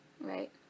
right